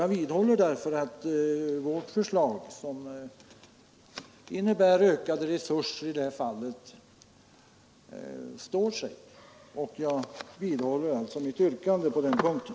Jag vidhåller att vårt förslag, som innebär ökade resurser i det här fallet, står sig och jag vidhåller alltså mitt yrkande på den punkten.